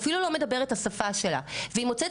שאפילו לא מדבר את השפה שלה והיא מוצאת